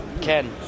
Ken